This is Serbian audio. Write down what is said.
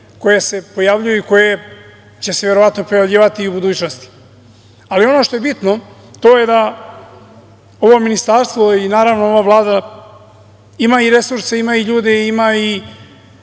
koje se pojavljuju i koje će se verovatno pojavljivati i u budućnosti. Ali, ono što je bitno to je da ovo Ministarstvo i naravno ova Vlada ima i resurse, ima i ljude, ima i